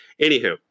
Anywho